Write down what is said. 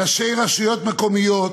ראשי רשויות מקומיות